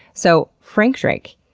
so frank drake,